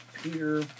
Peter